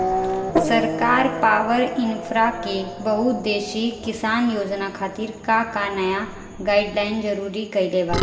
सरकार पॉवरइन्फ्रा के बहुउद्देश्यीय किसान योजना खातिर का का नया गाइडलाइन जारी कइले बा?